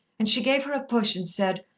and she gave her a push and said,